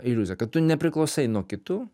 iliuzija kad tu nepriklausai nuo kitų